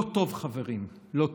לא טוב, חברים, לא טוב.